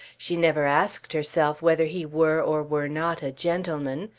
she never asked herself whether he were or were not a gentleman.